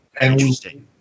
interesting